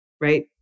Right